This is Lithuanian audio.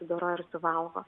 sudoroja ir suvalgo